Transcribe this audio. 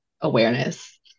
awareness